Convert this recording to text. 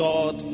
God